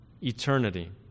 eternity